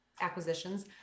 acquisitions